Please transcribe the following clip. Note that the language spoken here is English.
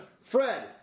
Fred